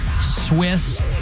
swiss